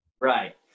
right